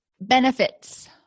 benefits